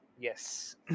Yes